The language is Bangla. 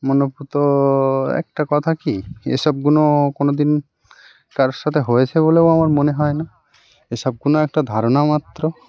মনঃপূত একটা কথা কী এ সবগুলো কোনোদিন কারো সাথে হয়েছে বলেও আমার মনে হয় না এ সবগুলো একটা ধারণা মাত্র